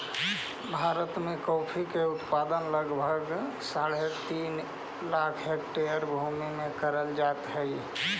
भारत में कॉफी उत्पादन लगभग साढ़े तीन लाख हेक्टेयर भूमि में करल जाइत हई